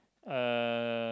uh